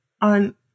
on